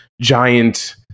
giant